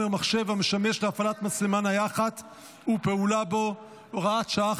מחשב המשמש להפעלת מצלמה נייחת ופעולה בו (הוראת שעה,